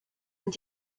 and